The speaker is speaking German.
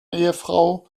ehefrau